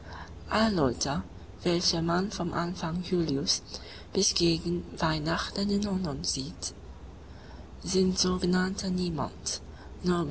alle leute welche man vom anfang julius bis gegen weihnachten in london sieht sind sogenannte niemands